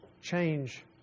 change